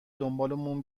دنبالمون